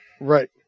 Right